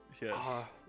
Yes